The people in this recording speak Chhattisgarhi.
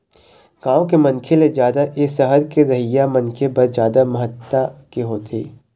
गाँव के मनखे ले जादा ए ह सहर के रहइया मनखे बर जादा महत्ता के होथे